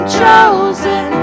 chosen